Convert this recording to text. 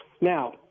Now